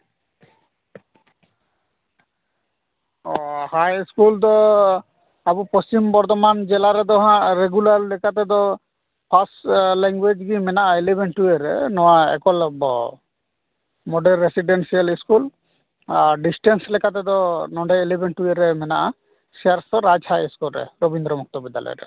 ᱚ high school ᱫᱚ ᱟᱵᱚ ᱯᱚᱥᱪᱤᱢ ᱵᱚᱨᱫᱷᱚᱢᱟᱱ ᱡᱮᱞᱟ ᱨᱮᱫᱚ ᱦᱟᱸᱜ ᱨᱮᱜᱩᱞᱟᱨ ᱞᱮᱠᱟᱛᱮᱫᱚ ᱯᱷᱟᱥ ᱞᱮᱝᱜᱩᱭᱮᱡᱽ ᱜᱮ ᱢᱮᱱᱟᱜᱼᱟ ᱤᱞᱮᱵᱷᱮᱱ ᱴᱩᱭᱮᱞᱵᱷ ᱨᱮ ᱱᱚᱣᱟ ᱮᱠᱚᱞᱚᱵᱽᱵᱚ ᱢᱳᱰᱮᱞ ᱨᱮᱥᱤᱰᱮᱱᱥᱤᱭᱟᱞ ᱤᱥᱠᱩᱞ ᱟᱨ ᱰᱤᱥᱴᱮᱱᱥ ᱞᱮᱠᱟᱛᱮ ᱫᱚ ᱱᱚᱸᱰᱮ ᱤᱞᱮᱵᱷᱮᱱ ᱴᱩᱭᱮᱞᱵᱷ ᱨᱮ ᱢᱮᱱᱟᱜᱼᱟ ᱥᱤᱭᱟᱨᱥᱳᱞ ᱨᱟᱡᱽ ᱦᱟᱭ ᱤᱥᱠᱩᱞ ᱨᱮ ᱨᱚᱵᱤᱱᱫᱨᱚ ᱢᱩᱠᱛᱚ ᱵᱤᱫᱽᱫᱟᱞᱚᱭ ᱨᱮ